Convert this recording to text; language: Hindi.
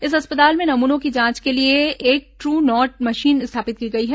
इस अस्पताल में नमूनों की जांच के लिए एक ट्रू नॉट मशीन स्थापित की गई है